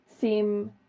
seem